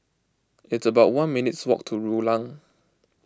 it's about one minutes' walk to Rulang